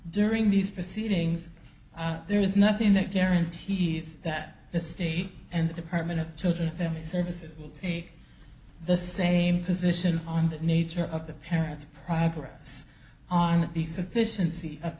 during these proceedings there is nothing that guarantees that the state and the department of children and family services will take the same position on the nature of the parent's progress on the sufficien